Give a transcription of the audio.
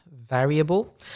variable